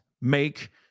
make